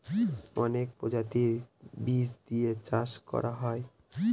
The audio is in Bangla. অনেক প্রজাতির বীজ দিয়ে চাষ করা হয়